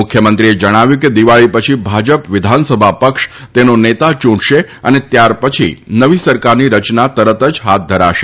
મુખ્યમંત્રીએ જણાવ્યું હતું કે દીવાળી પછી ભાજપ વિધાનસભા પક્ષ તેનો નેતા ચૂંટશે અને ત્યારપછી નવી સરકારની રચના તરત જ હાથ ધરાશે